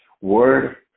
word